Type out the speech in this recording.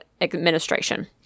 administration